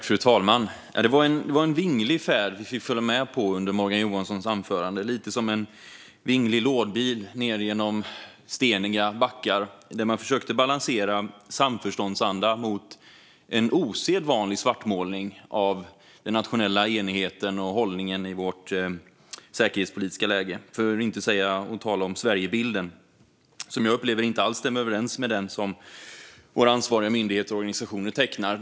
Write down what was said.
Fru talman! Det var en vinglig färd vi fick följa med på under Morgan Johanssons anförande - lite som en vinglig lådbil nedför steniga backar med försök att balansera samförståndsanda mot en osedvanlig svartmålning av den nationella enigheten och hållningen i Sveriges säkerhetspolitiska läge. Då har jag inte ens nämnt Sverigebilden. Jag upplever att den inte alls stämmer överens med den bild som de ansvariga myndigheterna och organisationerna tecknar.